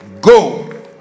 go